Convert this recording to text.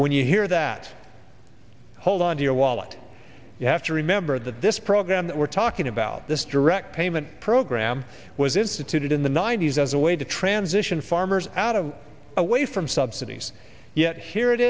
when you hear that hold onto your wallet you have to remember that this program that we're talking about this direct payment program was instituted in the ninety's as a way to transition farmers out of away from subsidies yet here it